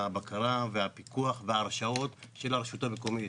על פי הבקרה הפיקוח וההרשאות של הרשות המקומית.